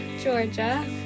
Georgia